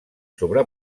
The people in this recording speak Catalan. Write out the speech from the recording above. sobre